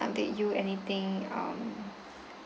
update you anything um